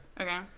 Okay